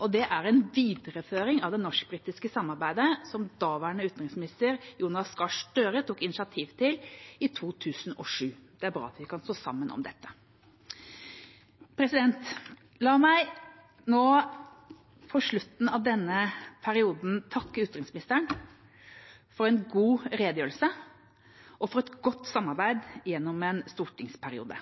og det er en videreføring av det norsk-russiske samarbeidet som daværende utenriksminister, Jonas Gahr Støre, tok initiativ til i 2007. Det er bra at vi kan stå sammen om dette. La meg nå på slutten av denne perioden takke utenriksministeren for en god redegjørelse og for et godt samarbeid gjennom en stortingsperiode.